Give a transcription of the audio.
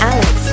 Alex